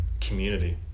community